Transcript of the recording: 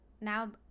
now